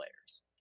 players